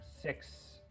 six